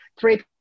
three